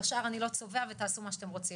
בשאר אני לא צובע ותעשו מה שאתם רוצים'.